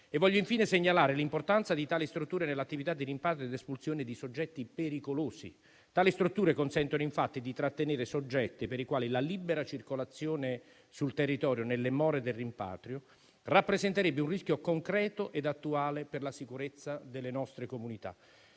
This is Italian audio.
Voglio infine segnalare l'importanza di tali strutture nell'attività di rimpatrio e di espulsione di soggetti pericolosi. Tali strutture consentono infatti di trattenere i soggetti la cui libera circolazione sul territorio, nelle more del rimpatrio, rappresenterebbe un rischio concreto e attuale per la sicurezza delle nostre comunità.